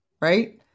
right